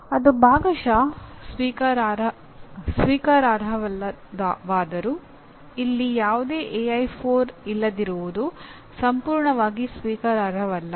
ಅದು ಭಾಗಶಃ ಸ್ವೀಕಾರಾರ್ಹವಾದರೂ ಇಲ್ಲಿ ಯಾವುದೇ AI4 ಇಲ್ಲದಿರುವುದು ಸಂಪೂರ್ಣವಾಗಿ ಸ್ವೀಕಾರಾರ್ಹವಲ್ಲ